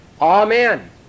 Amen